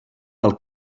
pel